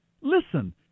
Listen